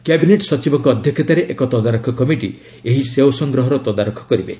cabinet ସଚିବଙ୍କ ଅଧ୍ୟକ୍ଷତାରେ ଏକ ତଦାରଖ କମିଟି ଏହି ସେଓ ସଂଗ୍ରହର ତଦାରଖ କରିବେ